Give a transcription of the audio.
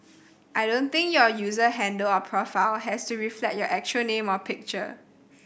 I don't think your user handle or profile has to reflect your actual name or picture